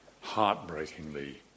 heartbreakingly